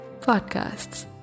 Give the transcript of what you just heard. Podcasts